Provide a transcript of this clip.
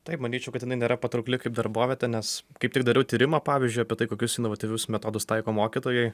taip manyčiau kad jinai nėra patraukli kaip darbovietė nes kaip tik dariau tyrimą pavyzdžiui apie tai kokius inovatyvius metodus taiko mokytojai